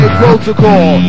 protocol